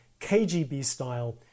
KGB-style